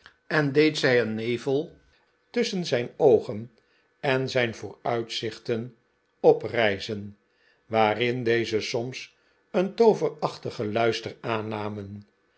en deed zij een nevel tusschen zijn oogen en zijn vooruitzichten oprijzen waarin deze soms een tooverachtigen luister aannamen